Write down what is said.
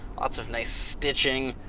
lot's of nice stitching.